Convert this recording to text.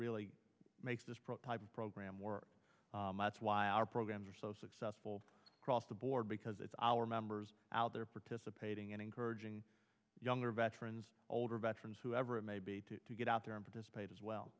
really makes this prototype program work that's why our programs are so successful across the board because it's our members out there participating and encouraging younger veterans older veterans whoever it may be to get out there and dissipate as well